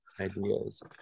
Ideas